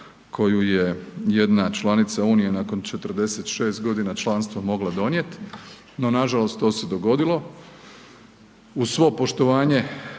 koju je jedna članica Unije nakon 46 godina članstva mogla donijeti, no nažalost to se dogodilo. Uz svo poštovanje